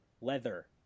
leather